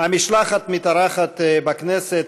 המשלחת מתארחת בכנסת,